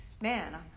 man